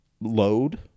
load